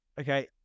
Okay